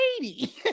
lady